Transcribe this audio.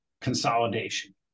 consolidation